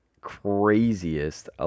craziest